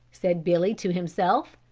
said billy to himself.